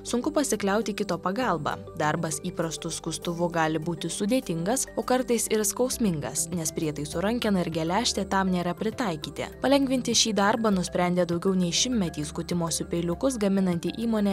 sunku pasikliauti kito pagalba darbas įprastu skustuvu gali būti sudėtingas o kartais ir skausmingas nes prietaiso rankena ir geležtė tam nėra pritaikyti palengvinti šį darbą nusprendė daugiau nei šimtmetį skutimosi peiliukus gaminanti įmonė